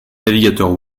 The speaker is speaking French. navigateurs